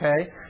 okay